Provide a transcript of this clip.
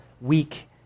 weak